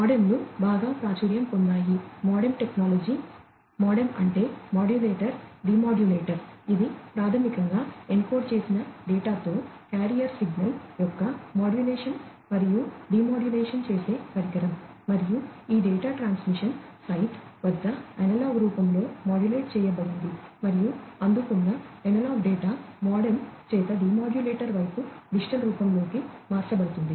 MODEM లు బాగా ప్రాచుర్యం పొందాయి MODEM టెక్నాలజీ MODEM అంటే మాడ్యులేటర్ డెమోడ్యులేటర్ వద్ద అనలాగ్ రూపంలో మాడ్యులేట్ చేయబడింది మరియు అందుకున్న అనలాగ్ డేటా మోడెమ్ చేత డెమోడ్యులేటర్ వైపు డిజిటల్ రూపంలోకి మార్చబడుతుంది